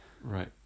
right